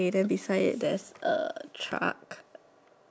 like a green layer of truck